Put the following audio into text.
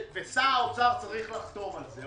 האוצר צריך לחתום על זה.